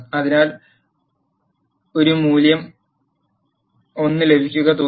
അതിനാൽ അതിനാൽ ഒരു മൂല്യം 1 ലഭിക്കുന്ന തുക